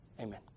amen